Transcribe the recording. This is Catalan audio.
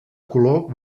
color